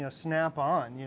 ah snap on.